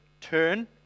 turn